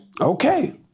Okay